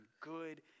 good